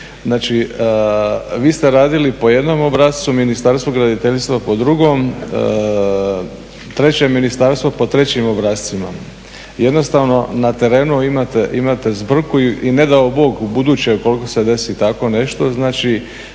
Znači vi ste radili po jednom obrascu, Ministarstvo graditeljstva po drugom, treće ministarstvo po trećim obrascima. Jednostavno na terenu imate zbrku i ne dao Bog ubuduće ukoliko se desi tako nešto znači